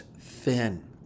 thin